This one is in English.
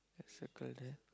circle there